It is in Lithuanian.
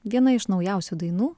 viena iš naujausių dainų